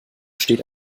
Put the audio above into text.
steht